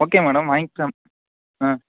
okay madam வாங்கிக்கிலாம் ஆ